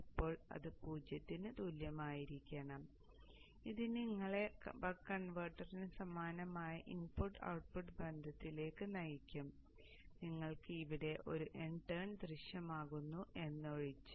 ഇപ്പോൾ അത് പൂജ്യത്തിന് തുല്യമായിരിക്കണം ഇത് നിങ്ങളെ ബക്ക് കൺവെർട്ടറിന് സമാനമായ ഇൻപുട്ട് ഔട്ട്പുട്ട് ബന്ധത്തിലേക്ക് നയിക്കും നിങ്ങൾക്ക് ഇവിടെ ഒരു n ടേൺ ദൃശ്യമാകുന്നു എന്നൊഴിച്ച്